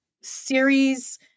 series